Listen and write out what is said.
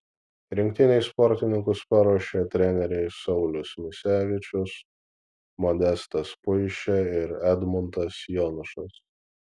rinktinei sportininkus paruošė treneriai saulius misevičius modestas puišė ir edmundas jonušas